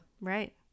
Right